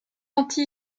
anti